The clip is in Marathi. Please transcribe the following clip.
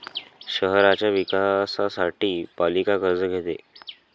शहराच्या विकासासाठी पालिका कर्ज घेते